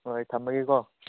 ꯍꯣꯏ ꯍꯣꯏ ꯊꯝꯃꯒꯦꯀꯣ